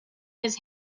his